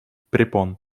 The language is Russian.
препон